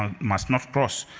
ah must not cross.